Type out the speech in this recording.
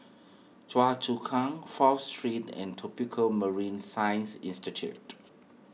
Choa Chu Kang Fourth Street and Tropical Marine Science Institute